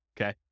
okay